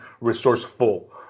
resourceful